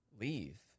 leave